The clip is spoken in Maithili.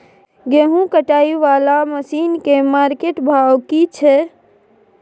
गेहूं कटाई वाला मसीन के मार्केट भाव की छै?